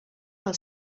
del